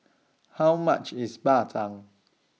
How much IS Bak Chang